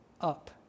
up